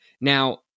Now